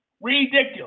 Ridiculous